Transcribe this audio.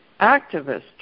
Activists